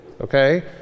okay